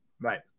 Right